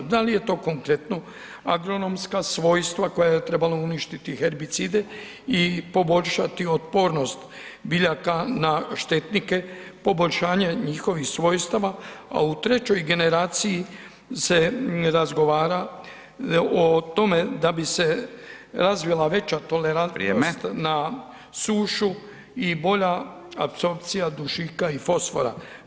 Da li je to konkretno agronomska svojstva koja je trebalo uništiti herbicide i poboljšati otpornost biljaka na štetnike, poboljšanje njihovih svojstava, a u trećoj generaciji se razgovara o tome da bi se razvila veća tolerantnost na [[Upadica: Vrijeme.]] sušu i bolja apsorpcija dušika i fosfora.